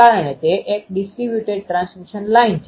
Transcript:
જો આપણે η૦ની કિંમત 125 મૂકીએ તો આ સૂત્ર આવુ બનશે